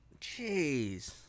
Jeez